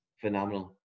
phenomenal